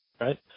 right